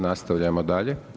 Nastavljamo dalje.